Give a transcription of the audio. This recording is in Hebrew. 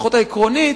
לפחות העקרונית,